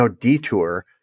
Detour